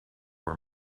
were